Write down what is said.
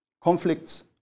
Conflicts